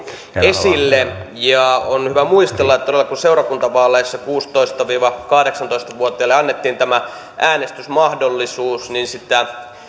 esille ja on hyvä muistella että todella kun seurakuntavaaleissa kuusitoista viiva kahdeksantoista vuotiaille annettiin tämä äänestysmahdollisuus niin sitä